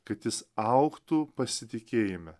kad jis augtų pasitikėjime